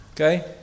Okay